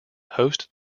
host